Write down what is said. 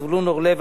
זבולון אורלב,